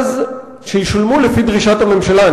שישולמו לפי דרישת הממשלה,